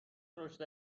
رشد